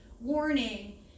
warning